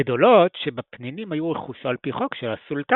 הגדולות שבפנינים היו רכושו על פי חוק של הסולטאן,